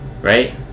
Right